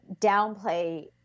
downplay